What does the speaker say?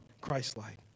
Christ-like